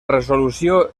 resolució